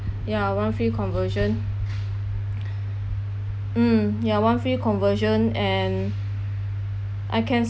ya one free conversion mm ya one free conversion and I can